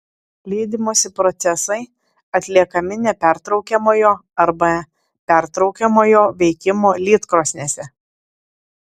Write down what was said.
lydymosi procesai atliekami nepertraukiamojo arba pertraukiamojo veikimo lydkrosnėse